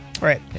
Right